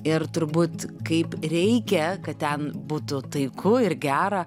ir turbūt kaip reikia kad ten būtų tai ko ir gera